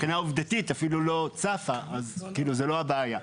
מבחינה עובדתית אפילו לא צפה, אז זו לא הבעיה.